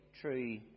true